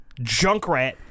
Junkrat